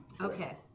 Okay